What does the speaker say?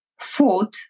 food